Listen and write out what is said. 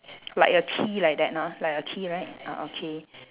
like a T like that lah like a T right ah okay